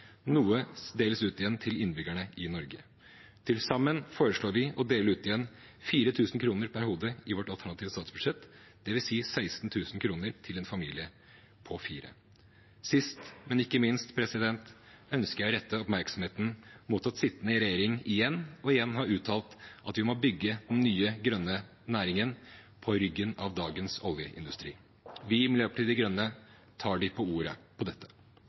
noe deles ut igjen til innbyggerne i Norge. Til sammen foreslår vi i vårt alternative statsbudsjett å dele ut igjen 4 000 kr per hode, det vil si 16 000 kr til en familie på fire. Sist, men ikke minst ønsker jeg å rette oppmerksomheten mot at sittende regjering igjen og igjen har uttalt at vi må bygge den nye grønne næringen på ryggen av dagens oljeindustri. Vi i Miljøpartiet De Grønne tar dem på ordet på dette.